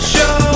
Show